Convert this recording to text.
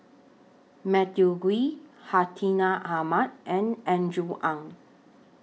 Matthew Ngui Hartinah Ahmad and Andrew Ang